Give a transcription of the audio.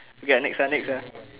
okay lah next ah next ah